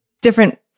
different